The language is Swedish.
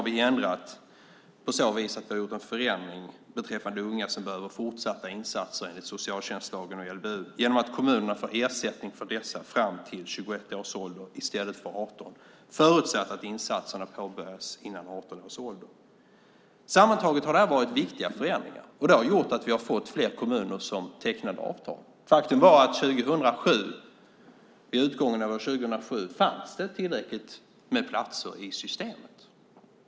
Vi har också gjort en förändring beträffande unga som behöver fortsatta insatser enligt socialtjänstlagen och LVU genom att kommunerna får ersättning för dessa fram till 21 års ålders i stället för 18 år, förutsatt att insatsen har påbörjats före 18 års ålder. Sammantaget har det här varit viktiga förändringar, och det har gjort att vi har fått fler kommuner som tecknar avtal. Faktum är att vid utgången av 2007 fanns det tillräckligt med platser i systemet.